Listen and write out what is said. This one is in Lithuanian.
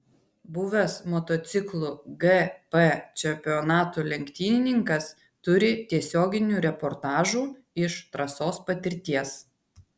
buvęs motociklų gp čempionatų lenktynininkas turi tiesioginių reportažų iš trasos patirties